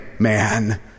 man